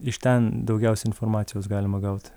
iš ten daugiausia informacijos galima gaut